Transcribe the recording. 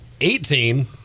Eighteen